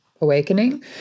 awakening